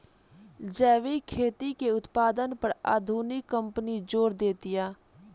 जैविक खेती के उत्पादन पर आधुनिक कंपनी जोर देतिया